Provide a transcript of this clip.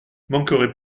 manquerait